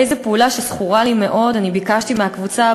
באיזו פעולה שזכורה לי מאוד אני ביקשתי מהקבוצה,